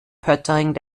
poettering